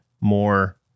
more